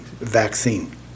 vaccine